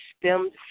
stemmed